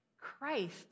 Christ